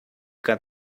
got